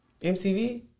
mcv